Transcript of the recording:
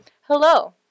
Hello